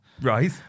Right